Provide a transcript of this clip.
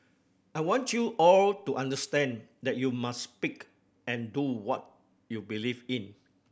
I want you all to understand that you must speak and do what you believe in